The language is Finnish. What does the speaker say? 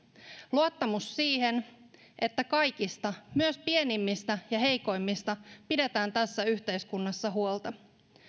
luottamus siihen että kaikista myös pienimmistä ja heikoimmista pidetään tässä yhteiskunnassa huolta